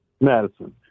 Madison